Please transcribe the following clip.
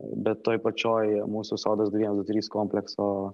bet toj pačioj mūsų sodas du vienas du trys komplekso